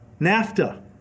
NAFTA